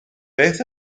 beth